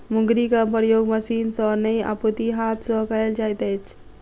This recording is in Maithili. मुंगरीक प्रयोग मशीन सॅ नै अपितु हाथ सॅ कयल जाइत अछि